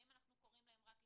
האם אנחנו קוראים להם רק לצפות?